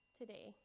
today